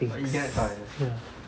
stinks ya